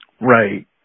Right